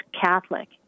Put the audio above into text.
Catholic